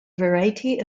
variety